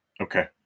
Okay